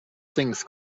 things